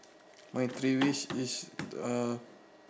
my three wish is uh